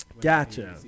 Gotcha